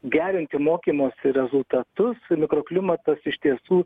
gerinti mokymosi rezultatus mikroklimatas iš tiesų